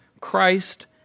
Christ